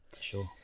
Sure